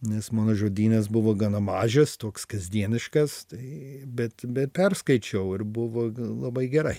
nes mano žodynas buvo gana mažas toks kasdieniškas tai bet bet perskaičiau ir buvo labai gerai